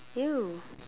!eww!